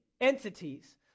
entities